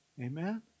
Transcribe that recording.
Amen